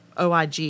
OIG